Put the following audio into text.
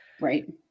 Right